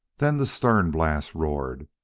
then the stern blast roared,